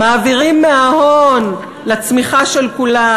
מעבירים מההון לצמיחה של כולם.